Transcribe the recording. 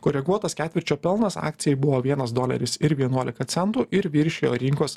koreguotas ketvirčio pelnas akcijai buvo vienas doleris ir vienuolika centų ir viršijo rinkos